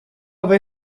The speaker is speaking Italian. aver